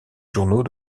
journaux